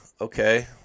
Okay